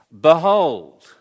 behold